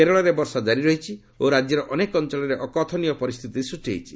କେରଳରେ ବର୍ଷା ଜାରି ରହିଛି ଓ ରାଜ୍ୟର ଅନେକ ଅଞ୍ଚଳରେ ଅକଥନୀୟ ପରିସ୍ଥିତି ସୃଷ୍ଟି ହୋଇଛି